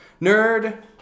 Nerd